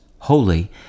holy